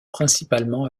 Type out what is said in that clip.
principalement